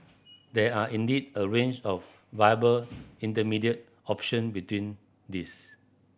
there are indeed a range of viable intermediate option between these